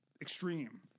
extreme